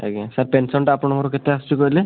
ଆଜ୍ଞା sir pension ଟା ଆପଣଙ୍କର କେତେ ଆସୁଛି କହିଲେ